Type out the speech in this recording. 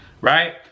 right